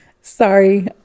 sorry